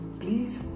please